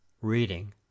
reading